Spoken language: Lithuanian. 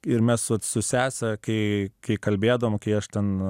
ir mes vat su sese kai kai kalbėdavom kai aš ten